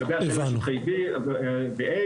הכלל בשטחי B ו-A